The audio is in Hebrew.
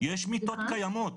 יש מיטות קיימות